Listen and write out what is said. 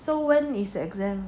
so when is your exam